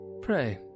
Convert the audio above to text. Pray